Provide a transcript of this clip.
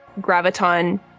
Graviton